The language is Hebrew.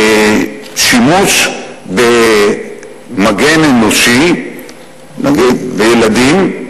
שימוש כמגן אנושי בילדים,